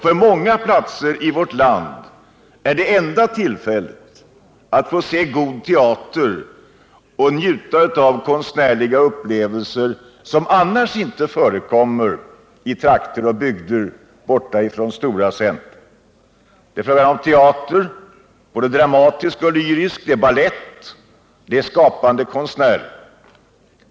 På många platser i vårt land innebär dessa arrangemang enda tillfället att se god teater och njuta av konstnärliga upplevelser som annars inte förekommer i trakter och bygder långt bort från stora centra. Det är fråga om teater, både dramatisk och lyrisk, det är balett och det är skapande konstnärer.